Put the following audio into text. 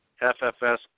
FFS